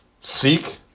seek